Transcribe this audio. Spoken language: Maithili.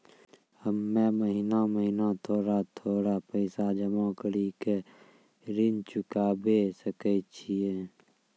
हम्मे महीना महीना थोड़ा थोड़ा पैसा जमा कड़ी के ऋण चुकाबै सकय छियै?